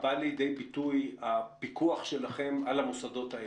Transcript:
בא לידי ביטוי הפיקוח שלכם על המוסדות האלה?